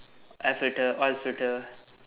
oil filter oil filter